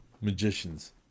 magicians